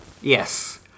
Yes